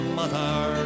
mother